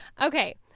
Okay